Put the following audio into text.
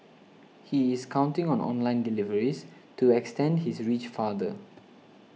he is counting on online deliveries to extend his reach farther